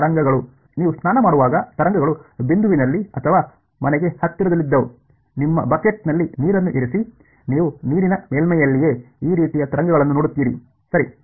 ತರಂಗಗಳು ನೀವು ಸ್ನಾನ ಮಾಡುವಾಗ ತರಂಗಗಳು ಬಿಂದುವಿನಲ್ಲಿ ಅಥವಾ ಮನೆಗೆ ಹತ್ತಿರದಲ್ಲಿದ್ದವು ನಿಮ್ಮ ಬಕೆಟ್ನಲ್ಲಿ ನೀರನ್ನು ಇರಿಸಿ ನೀವು ನೀರಿನ ಮೇಲ್ಮೈಯಲ್ಲಿಯೇ ಈ ರೀತಿಯ ತರಂಗಗಳನ್ನು ನೋಡುತ್ತೀರಿ ಸರಿ